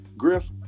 Griff